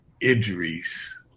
injuries